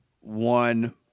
one